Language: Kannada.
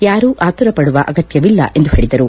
ಯಾರೂ ಆತುರ ಪಡುವ ಅಗತ್ಯವಿಲ್ಲ ಎಂದು ಹೇಳಿದರು